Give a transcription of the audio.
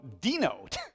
Denote